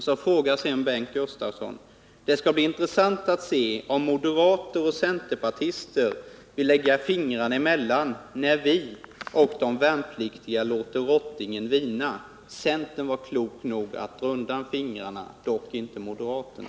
Det skall bli intressant att se om moderater och centerpartister vill lägga fingrarna emellan när vi och de värnpliktiga låter rottingen vina.” Centern var klok nog att dra undan fingrarna, dock inte moderaterna.